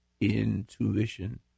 intuition